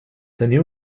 tenir